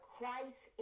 Christ